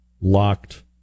locked